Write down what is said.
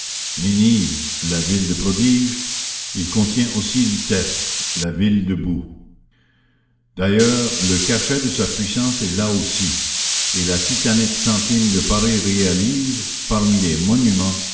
la ville de prodige il contient aussi lutèce la ville de boue d'ailleurs le cachet de sa puissance est là aussi et la titanique sentine de paris réalise parmi les monuments